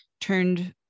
turned